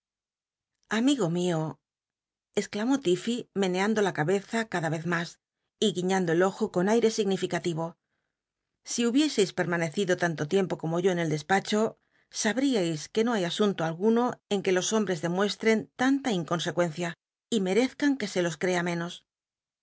igo mio exclamó l'iffcy meneando la cabeza cada vez mas y gu iñando el ojo con aire signific livo si hubieseis permanecido tanto tiempo como yo en el despacho sabriais que no hay asunto alguno en que los hombres demuestren tanta inconsecuencia y merezcan que se los crea menos